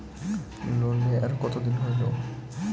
Loan নেওয়ার কতদিন হইল?